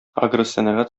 агросәнәгать